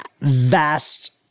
vast